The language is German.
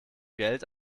geld